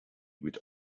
would